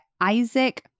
Isaac